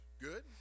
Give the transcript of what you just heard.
good